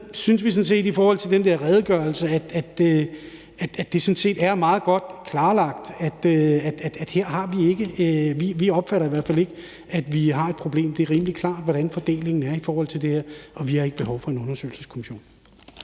set i forhold til den der redegørelse, at det er meget godt klarlagt; vi mener i hvert fald ikke, at vi har et problem der. Det er rimelig klart, hvordan fordelingen er i forhold til det her, og vi har ikke behov for en undersøgelseskommission.